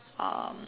um